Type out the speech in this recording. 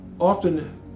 often